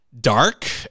dark